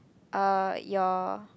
uh your